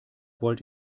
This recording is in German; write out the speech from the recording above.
wollt